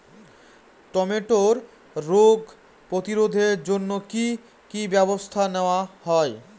টমেটোর রোগ প্রতিরোধে জন্য কি কী ব্যবস্থা নেওয়া হয়?